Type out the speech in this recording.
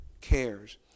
cares